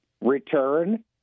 return